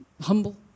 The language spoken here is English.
humble